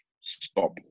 stop